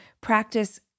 practice